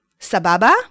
Sababa